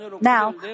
Now